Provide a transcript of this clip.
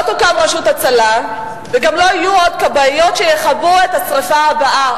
לא תוקם רשות הצלה וגם לא יהיו עוד כבאיות שיכבו את השרפה הבאה,